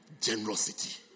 generosity